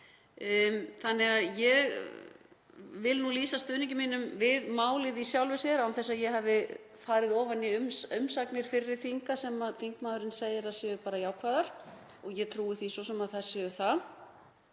Þannig að ég vil nú lýsa stuðningi mínum við málið í sjálfu sér án þess að ég hafi farið ofan í umsagnir fyrri þinga sem þingmaðurinn segir að séu bara jákvæðar, og ég trúi því svo sem að þær séu það.